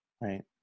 Right